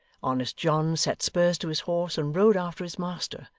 honest john set spurs to his horse and rode after his master,